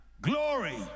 glory